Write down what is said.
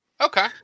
Okay